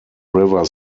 river